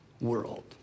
world